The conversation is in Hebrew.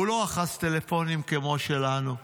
הוא לא אחז טלפונים כמו שלנו.